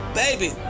baby